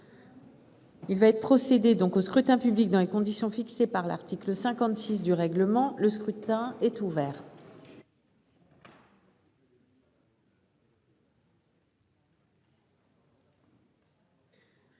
Il va être procédé au scrutin dans les conditions fixées par l'article 56 du règlement. Le scrutin est ouvert.